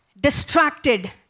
distracted